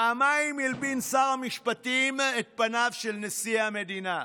פעמיים הלבין שר המשפטים את פניו של נשיא המדינה.